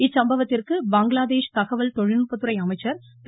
இச்சம்பவத்திற்கு பங்களாதேஷ் தகவல் தொழில்நுட்பத்துறை அமைச்சர் திரு